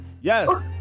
Yes